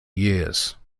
years